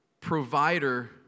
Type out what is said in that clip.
provider